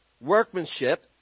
workmanship